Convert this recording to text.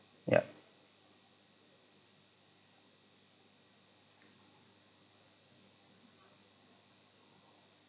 yup